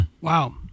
Wow